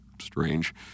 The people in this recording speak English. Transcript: strange